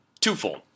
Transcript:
twofold